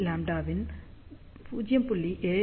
Cλ இன் 0